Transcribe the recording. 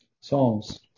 Psalms